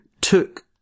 took